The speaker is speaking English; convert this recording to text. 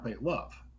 love